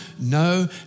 no